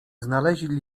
znaleźli